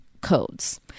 codes